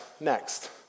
next